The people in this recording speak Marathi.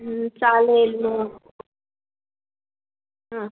चालेल मग हां